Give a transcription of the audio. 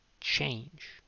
Change